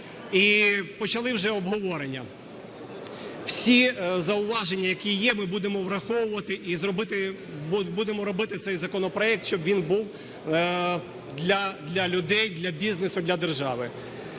і почали вже обговорення. Всі зауваження, які є, ми будемо враховувати, і будемо робити це законопроект, щоб він був для людей, для бізнесу, для держави.